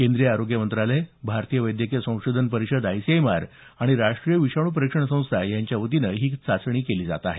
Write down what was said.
केंद्रीय आरोग्य मंत्रालय भारतीय वैद्यकीय संशोधन परिषद आय सी एम आर आणि राष्ट्रीय विषाणू परीक्षण संस्था यांच्या वतीनं ही चाचणी केली जात आहे